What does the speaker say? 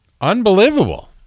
Unbelievable